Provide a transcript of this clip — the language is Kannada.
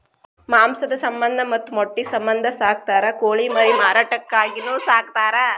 ಮಾಂಸದ ಸಮಂದ ಮತ್ತ ಮೊಟ್ಟಿ ಸಮಂದ ಸಾಕತಾರ ಕೋಳಿ ಮರಿ ಮಾರಾಟಕ್ಕಾಗಿನು ಸಾಕತಾರ